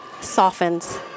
softens